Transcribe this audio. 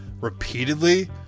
repeatedly